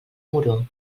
moró